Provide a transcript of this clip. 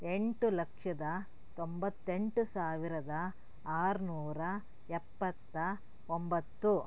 ಎಂಟು ಲಕ್ಷದ ತೊಂಬತ್ತೆಂಟು ಸಾವಿರದ ಆರ್ನೂರ ಎಪ್ಪತ್ತ ಒಂಬತ್ತು